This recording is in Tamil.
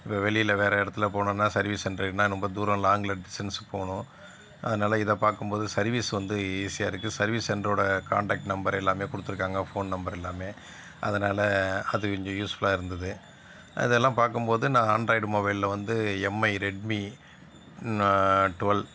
இப்போ வெளியில் வேறு இடத்துல போனோம்னால் சர்வீஸ் சென்ட்ருக்குனால் ரொம்ப தூரம் லாங்கில் டிஸ்டன்ஸு போகணும் அதனால இதை பார்க்கும் போது சர்வீஸ் வந்து ஈஸியாக இருக்குது சர்வீஸ் சென்ட்ரோடய காண்டாக்ட் நம்பர் எல்லாமே கொடுத்துருக்காங்க ஃபோன் நம்பர் எல்லாமே அதனால அது கொஞ்சம் யூஸ்ஃபுல்லாக இருந்தது அதை எல்லாம் பார்க்கும் போது நான் ஆண்ராய்டு மொபைலில் வந்து எம்ஐ ரெட்மி டுவல்